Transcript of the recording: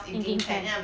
inking pen